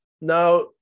Now